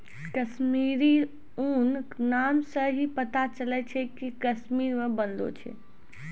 कश्मीरी ऊन नाम से ही पता चलै छै कि कश्मीर मे बनलो छै